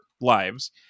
lives